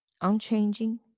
unchanging